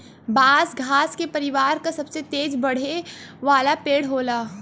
बांस घास के परिवार क सबसे तेज बढ़े वाला पेड़ होला